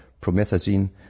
Promethazine